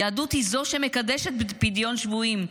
יהדות היא זו שמקדשת פדיון שבויים,